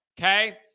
okay